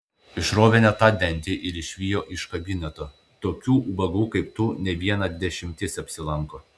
išrovė ne tą dantį ir išvijo iš kabineto tokių ubagų kaip tu ne viena dešimtis apsilanko